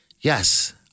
Yes